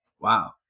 Wow